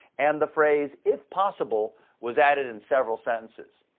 and the phrase if possible was added in several sentences.